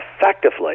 effectively